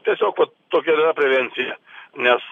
tiesiog vat tokia ir yra prevencija nes